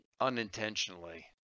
unintentionally